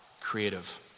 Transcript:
Creative